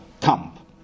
camp